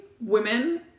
women